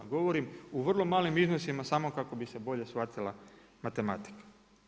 Govorim o vrlo malim iznosima samo kako bi se bolje shvatila matematika.